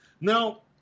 Now